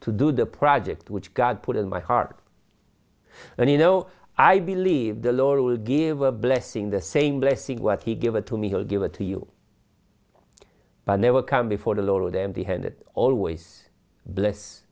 to do the project which god put in my heart and you know i believe the lord will give a blessing the same blessing what he give it to me i'll give it to you but never come before the lord empty handed always bless